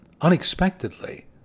unexpectedly